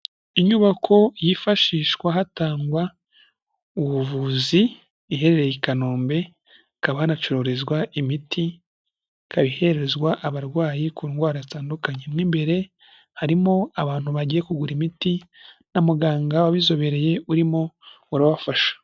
Inyubako yifashishwa hatangwa ubuvuzi, iherereye i Kanombe hakaba hanacururizwa imiti ikaba iherezwa abarwayi ku ndwara zitandukanye, mo imbere harimo abantu bagiye kugura imiti na muganga wabizobereye urimo urabafasha.